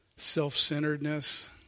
self-centeredness